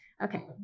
Okay